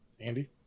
Andy